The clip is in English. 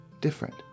different